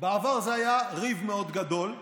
בעבר היה ריב מאוד גדול,